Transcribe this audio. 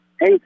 Hey